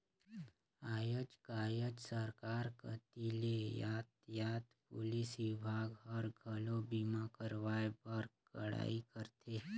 आयज कायज सरकार कति ले यातयात पुलिस विभाग हर, घलो बीमा करवाए बर कड़ाई करथे